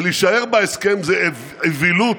ולהישאר בהסכם זה אווילות,